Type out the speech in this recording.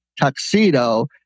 tuxedo